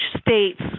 state's